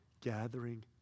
gathering